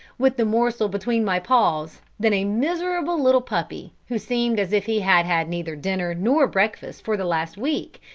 with the morsel between my paws, than a miserable little puppy, who seemed as if he had had neither dinner nor breakfast for the last week,